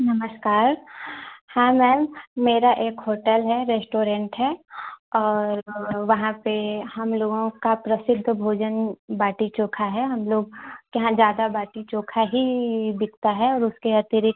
नमस्कार हाँ मैम मेरा एक होटल है रेस्टोरेन्ट है और और वहाँ पर हमलोगों का प्रसिद्ध भोजन बाटी चोख़ा है हमलोग के यहाँ ज़्यादा बाटी चोख़ा ही बिकता है और उसके अतिरिक्त